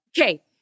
Okay